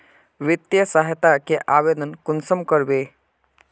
वित्तीय सहायता के आवेदन कुंसम करबे?